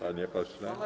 Panie pośle.